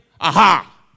Aha